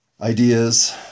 ideas